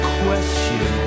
question